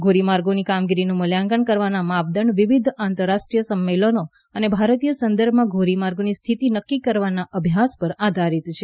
ધોરીમાર્ગોની કામગીરીનું મૂલ્યાંકન કરવાના માપદંડ વિવિધ આંતરરાષ્ટ્રીય સંમેલનો અને ભારતીય સંદર્ભમાં ધોરીમાર્ગોની સ્થિતિ નક્કી કરવાના અભ્યાસ પર આધારિત છે